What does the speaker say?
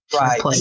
Right